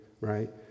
right